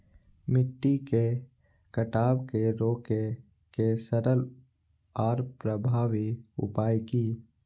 मिट्टी के कटाव के रोके के सरल आर प्रभावी उपाय की?